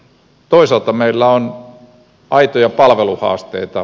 toisaalta meillä on aitoja palveluhaasteita